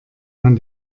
man